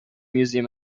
museum